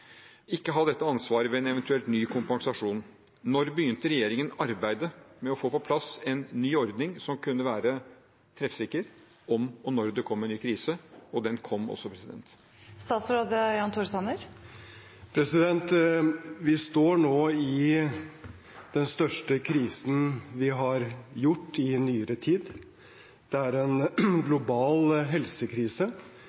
ikke ha dette ansvaret ved en eventuell ny kompensasjon, når begynte regjeringen arbeidet med å få på plass en ny ordning som kunne være treffsikker om og når det kom en ny krise? Den kom også. Vi står nå i den største krisen vi har hatt i nyere tid. Det er en